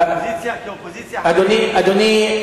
אדוני,